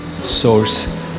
source